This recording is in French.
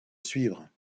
suivre